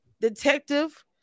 detective